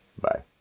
Bye